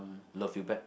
love you back